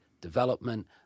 development